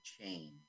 change